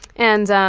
and